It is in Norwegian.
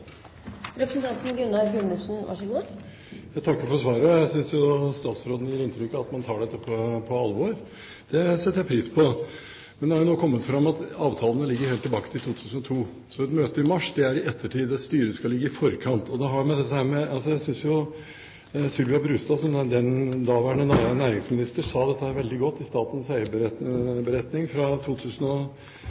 Jeg takker for svaret. Jeg synes statsråden gir inntrykk av at man tar dette på alvor, og det setter jeg pris på. Det er nå kommet fram at avtalene ligger helt tilbake til 2002, så et møte i mars er i ettertid, og et styre skal ligge i forkant. Jeg synes Sylvia Brustad, daværende næringsminister, sa dette veldig godt i Statens eierberetning fra 2008. Der sier hun: «Det er selskapenes styrer som